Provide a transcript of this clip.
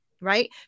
right